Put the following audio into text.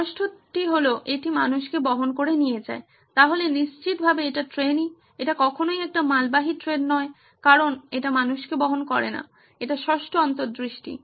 ষষ্ঠটি হলো এটি মানুষকে বহন করে নিয়ে যায় তাহলে নিশ্চিতভাবে এটি ট্রেনই এটি কখনোই একটি মালবাহী ট্রেন নয় কারণ এটি মানুষকে বহন করে না এটি ষষ্ঠ অন্তর্দৃষ্টি